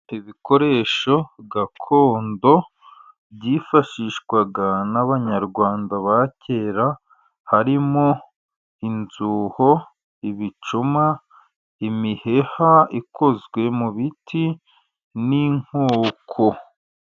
Ibikoresho gakondo byifashishwa n'Abanyarwanda ba kera, harimo inzuho, ibicuma, imiheha, ikozwe mu biti n'inkoko.